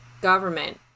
government